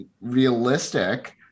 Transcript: realistic